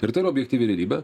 ir tai yra objektyvi realybė